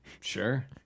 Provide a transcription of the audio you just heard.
Sure